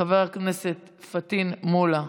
חבר הכנסת פטין מולא,